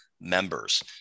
Members